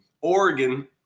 Oregon